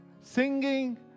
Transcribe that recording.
Singing